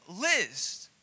list